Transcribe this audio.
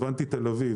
אביב.